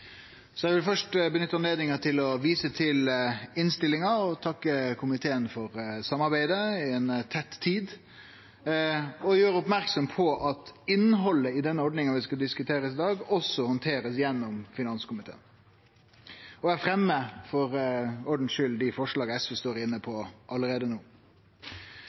Eg vil først nytte høvet til å vise til innstillinga, takke komiteen for samarbeidet i ei tett tid og gjere merksam på at innhaldet i ordninga vi skal diskutere i dag, også blir handtert gjennom finanskomiteen. Og eg fremjar, for ordens skuld, dei forslaga SV står inne i, allereie no.